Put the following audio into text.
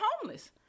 homeless